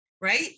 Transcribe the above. right